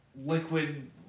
liquid